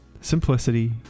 simplicity